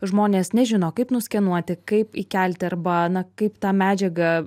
žmonės nežino kaip nuskenuoti kaip įkelti arba na kaip tą medžiagą